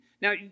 Now